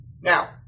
Now